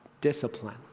discipline